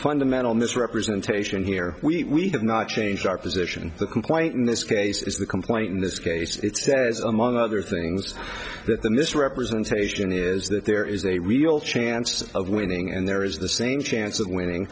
fundamental misrepresentation here we have not changed our position the complaint in this case is the complaint in this case it's says among other things that the misrepresentation is that there is a real chance of winning and there is the same chance of winning